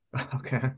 Okay